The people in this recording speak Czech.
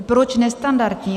Proč nestandardní?